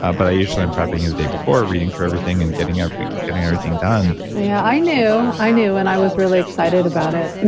ah but i usually am prepping the day before, reading through everything and getting everything getting everything done yeah, i knew. i knew and i was really excited about it.